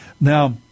Now